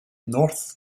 north